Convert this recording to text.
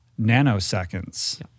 nanoseconds